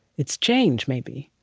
it's change, maybe